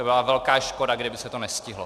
To by byla velká škoda, kdyby se to nestihlo.